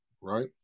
right